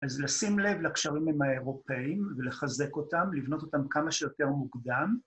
אז לשים לב להקשרים עם האירופאים ולחזק אותם, לבנות אותם כמה שיותר מוקדם.